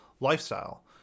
lifestyle